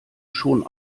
schon